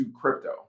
crypto